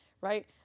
right